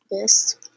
best